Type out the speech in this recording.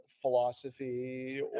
philosophy